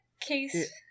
Case